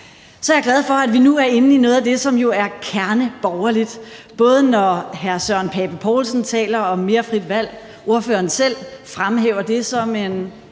Så er jeg glad for, at vi nu er inde på noget af det, som jo er kerneborgerligt, både når hr. Søren Pape Poulsen taler om mere frit valg, og når ordføreren selv fremhæver det som en